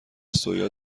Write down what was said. سویا